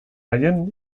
haien